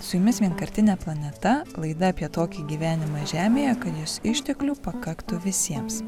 su jumis vienkartinė planeta laida apie tokį gyvenimą žemėje kad jos išteklių pakaktų visiems